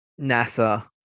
nasa